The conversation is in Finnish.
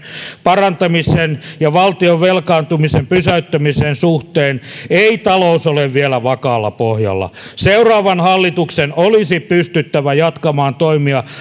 parantamisen ja valtion velkaantumisen pysäyttämisen suhteen ei talous ole vielä vakaalla pohjalla seuraavan hallituksen olisi pystyttävä jatkamaan toimia